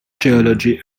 geology